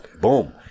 Boom